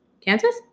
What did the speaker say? Kansas